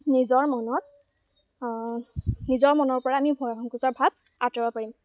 নিজৰ মনত নিজৰ মনৰপৰা আমি ভয় সংকুচৰ ভাৱ আঁতৰাব পাৰিম